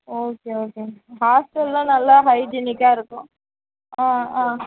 okay okay ஹாஸ்டல்ன்னா நல்லா ஹைஜீனிக்காக இருக்கும் ஆ ஆ